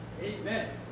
Amen